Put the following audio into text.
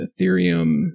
Ethereum